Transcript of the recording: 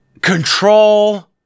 Control